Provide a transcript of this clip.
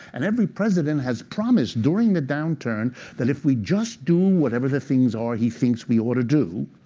and every president has promised during the downturn that if we just do whatever the things are he thinks we ought to do,